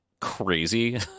Crazy